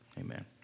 Amen